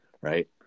Right